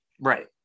Right